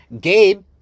Gabe